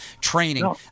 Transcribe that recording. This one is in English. Training